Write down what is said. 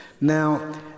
now